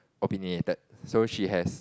opinionated so she has